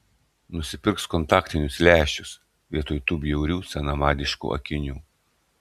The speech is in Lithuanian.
nusipirks kontaktinius lęšius vietoj tų bjaurių senamadiškų akinių